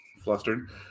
flustered